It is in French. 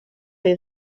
est